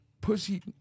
Pussy